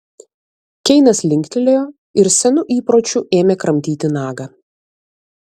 keinas linktelėjo ir senu įpročiu ėmė kramtyti nagą